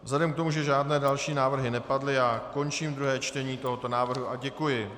Vzhledem k tomu, že žádné další návrhy nepadly, já končím druhé čtení tohoto návrhu a děkuji.